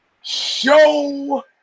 Show